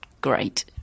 great